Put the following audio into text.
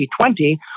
2020